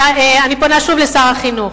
ואני פונה שוב לשר החינוך,